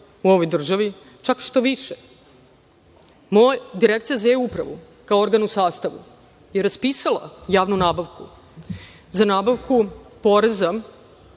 u ovoj državi. Čak šta više, Direkciija za E-upravu kao organ u sastavu je raspisala javnu nabavku za nabavku poreza,